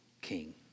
king